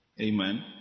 amen